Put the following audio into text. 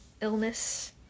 illness